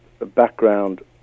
background